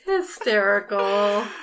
Hysterical